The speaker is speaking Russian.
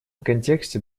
контексте